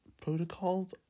protocols